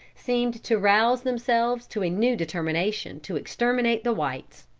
seemed to rouse themselves to a new determination to exterminate the whites.